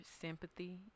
sympathy